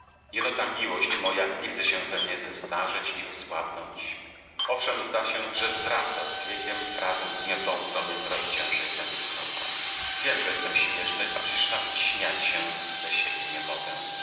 wszystkiem jeno ta miłość moja nie chce się we mnie zestarzeć i osłabnąć owszem zda się że wzrasta z wiekiem razem z gniotącą mnie coraz ciężej tęsknotą wiem że jestem śmieszny a przecież nawet śmiać się ze siebie nie mogę